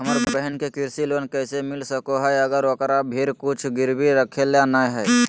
हमर बहिन के कृषि लोन कइसे मिल सको हइ, अगर ओकरा भीर कुछ गिरवी रखे ला नै हइ?